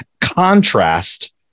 Contrast